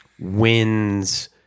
wins